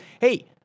hey—